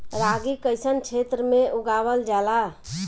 रागी कइसन क्षेत्र में उगावल जला?